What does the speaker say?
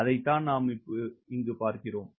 அதைத்தான் நாம் இங்கு பார்க்கிறோம்